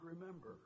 remember